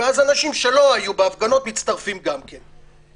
וכך אנשים שלא היו קודם בהפגנות, מצטרפים גם הם.